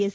S